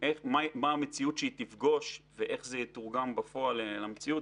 מהי המציאות שהיא תפגוש ואיך זה יתורגם בפועל למציאות,